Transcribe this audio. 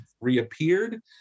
reappeared